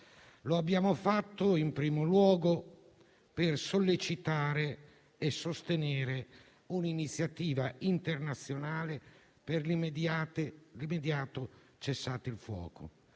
Lo abbiamo fatto, in primo luogo, per sollecitare e sostenere un'iniziativa internazionale per l'immediato cessate il fuoco.